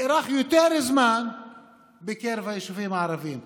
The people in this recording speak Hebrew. תארך יותר זמן ביישובים הערביים.